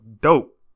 dope